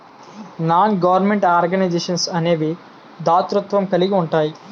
non government organisations అనేవి దాతృత్వం కలిగి ఉంటాయి